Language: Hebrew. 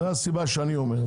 זו הסיבה שאני אומר,